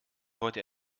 heute